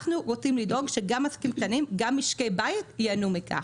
אנחנו רוצים לדאוג שגם עסקים קטנים וגם משקי בית ייהנו מכך.